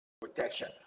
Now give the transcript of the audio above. protection